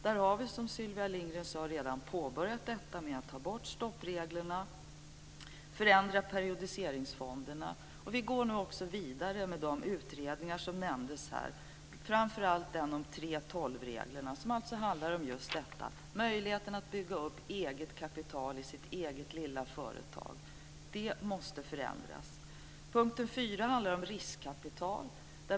Vi har, som Sylvia Lindgren sade, redan påbörjat detta med att ta bort stoppreglerna och förändra periodiseringsfonderna. Nu går vi också vidare med de utredningar som nämndes här, framför allt den om 3:12-reglerna som alltså just handlar om möjligheterna att bygga upp eget kapital i sitt eget lilla företag. Det måste förändras. Den fjärde punkten handlar om riskkapital.